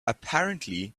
apparently